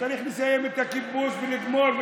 צריך לסיים את הכיבוש ולגמור,